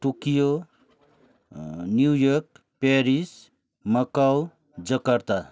Tokyo New York Paris Macau Jakarta